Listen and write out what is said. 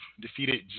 defeated